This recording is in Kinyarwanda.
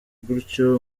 gutyo